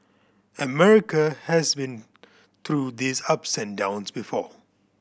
America has been through these ups and downs before